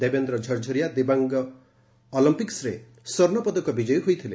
ଦେବେନ୍ଦ୍ର ଝରଝରିଆ ଦିବ୍ୟାଙ୍ଗ ଅଲମ୍ପିକ୍ସରେ ସ୍ୱର୍ଣ୍ଣପଦକ ବିଜୟୀ ହୋଇଥିଲେ